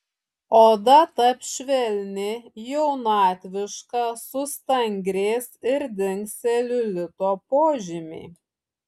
oda taps švelni jaunatviška sustangrės ir dings celiulito požymiai